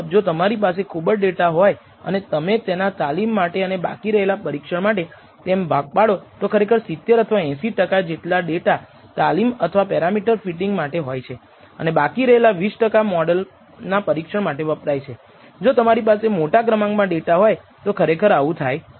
જો તમારી પાસે ખૂબ જ ડેટા હોય અને તમે તેના તાલીમ માટે અને બાકી રહેલા પરીક્ષણ માટે તેમ ભાગ પાડો તો ખરેખર 70 અથવા 80 ટકા ડેટા તાલીમ અથવા પેરામીટર ફીટીંગ માટે હોય છે અને બાકી રહેલા 20 ટકા મોડલના પરીક્ષણ માટે વપરાય છે જો તમારી પાસે મોટા ક્રમાંકમાં ડેટા હોય તો ખરેખર આવું થાય છે